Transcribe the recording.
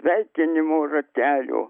sveikinimų ratelio